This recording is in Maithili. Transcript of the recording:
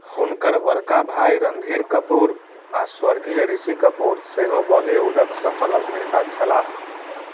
हुनकर बड़का भाइ रणधीर कपूर आओर स्वर्गीय ऋषि कपूर सेहो बॉलीवुडके सफल अभिनेता छलाह